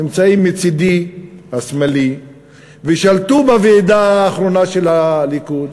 נמצאים מצדי השמאלי ושלטו בוועידה האחרונה של הליכוד,